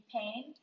pain